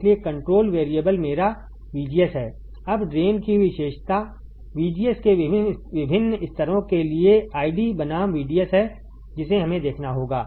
इसलिए control variable मेरा VGS है अब ड्रेन की विशेषता VGS के विभिन्न स्तरों के लिए ID बनाम VDS है जिसे हमें देखना होगा